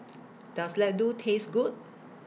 Does Laddu Taste Good